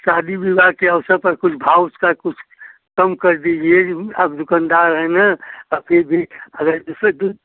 शादी विवाह के अवसर पर कुछ भाव उसका कुछ कम कर दीजिए ज आप दुकानदार हैं न आ फिर भी अगर दूसरे दूध